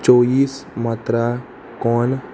चोवीस मात्रा कोण